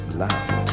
love